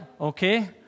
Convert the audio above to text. Okay